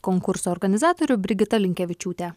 konkurso organizatorių brigita linkevičiūtė